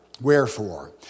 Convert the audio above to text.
wherefore